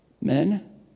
Men